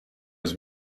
his